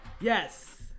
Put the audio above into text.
Yes